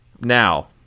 Now